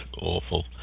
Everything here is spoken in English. awful